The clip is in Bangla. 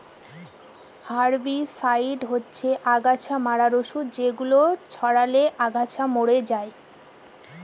হার্বিসাইড হচ্ছে অগাছা মারার ঔষধ যেগুলো ছড়ালে আগাছা মরে যায়